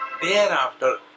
thereafter